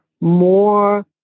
more